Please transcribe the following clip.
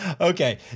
Okay